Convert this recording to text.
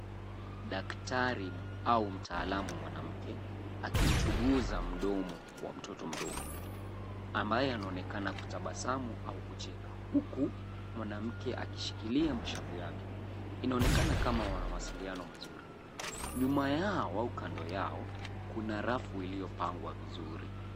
Daktari au mtaalamu mwanamke akimchunguza mdomo wa mtoto mdogo ambaye anaonekana kutabasamu au kucheka huku mwanamke akishikilia mashavu yake. Inaonekana kama wana mawasiliano mazuri. Nyuma yao au kando yao kuna rafu iliyopangwa vizuri.